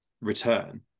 return